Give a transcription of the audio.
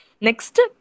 Next